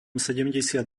sedemdesiat